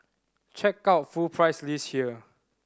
check out full price list here